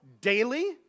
daily